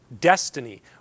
destiny